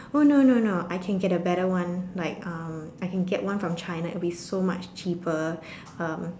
oh no no no I can get a better one like um I can get one from China it will be so much cheaper um